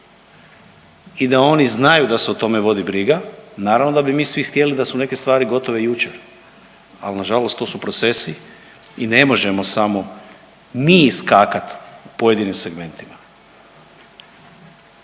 i da oni znaju da se o tome vodi briga. Naravno da bi mi svi htjeli da su neke stvari gotove jučer, ali nažalost to su procesi i ne možemo samo mi iskakat u pojedinim segmentima.